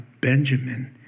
Benjamin